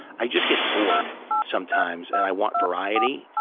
i just get bored sometimes, and i want variety,